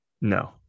No